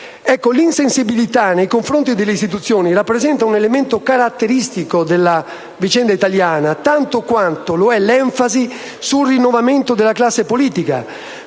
L'insensibilità nei confronti delle istituzioni rappresenta un elemento caratteristico della vicenda italiana, tanto quanto lo è l'enfasi sul rinnovamento della classe politica.